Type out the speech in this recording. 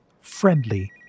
friendly